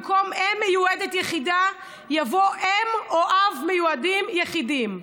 במקום "אם מיועדת יחידה" יבוא "אם או אב מיועדים יחידים",